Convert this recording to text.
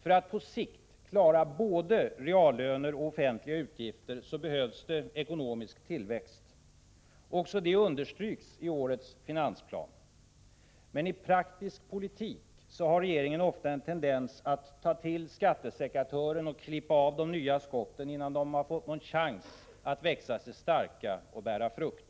För att på sikt klara både reallöner och offentliga utgifter behövs det ekonomisk tillväxt. Också det understryks i årets finansplan. Men i praktisk politik har regeringen ofta en tendens att ta till skattesekatören och klippa av de nya skotten innan de har fått någon chans att växa sig starka och bära frukt.